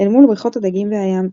אל מול בריכות הדגים והים,